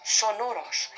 sonoros